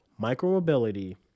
micromobility